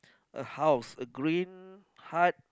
a house a green hut